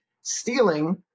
stealing